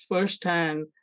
firsthand